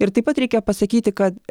ir taip pat reikia pasakyti kad